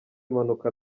impanuka